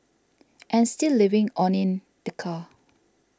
and still living on in the car